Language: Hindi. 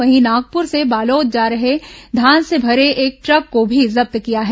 वहीं नागपुर से बालोद जा रहे धान से भरे एक ट्रक को भी जब्त किया गया है